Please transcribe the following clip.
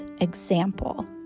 example